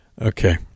Okay